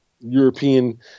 European